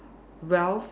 wealth